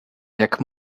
jak